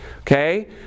Okay